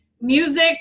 music